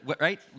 right